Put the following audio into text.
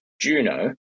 Juno